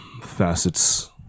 facets